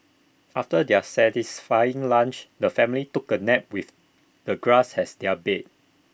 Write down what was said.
after their satisfying lunch the family took A nap with the grass as their bed